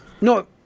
No